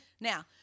Now